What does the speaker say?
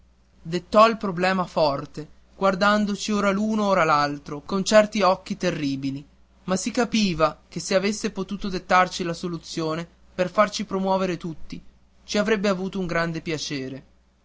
dettò il problema forte guardandoci ora l'uno ora l'altro con certi occhi terribili ma si capiva che se avesse potuto dettare anche la soluzione per farci promovere tutti ci avrebbe avuto un grande piacere